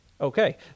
Okay